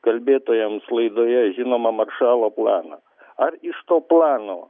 kalbėtojams laidoje žinoma maršalo planą ar iš to plano